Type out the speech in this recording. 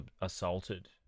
assaulted